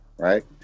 Right